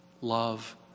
love